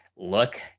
look